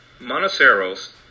Monoceros